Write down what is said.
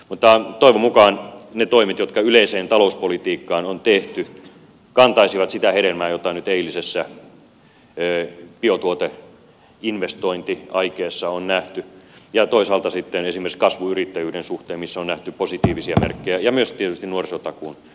mutta toivon mukaan ne toimet jotka yleiseen talouspolitiikkaan on tehty kantaisivat sitä hedelmää jota nyt eilisessä biotuoteinvestointiaikeessa on nähty ja toisaalta sitten esimerkiksi kasvuyrittäjyyden suhteen missä on nähty positiivisia merkkejä ja myös tietysti nuorisotakuun vaikutuksista